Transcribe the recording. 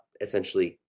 essentially